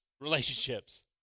relationships